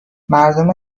مردم